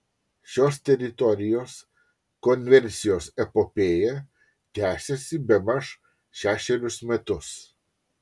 šios teritorijos konversijos epopėja tęsiasi bemaž šešerius metus